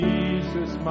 Jesus